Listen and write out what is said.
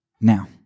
Now